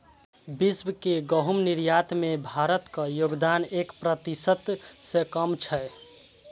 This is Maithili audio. विश्व के गहूम निर्यात मे भारतक योगदान एक प्रतिशत सं कम छै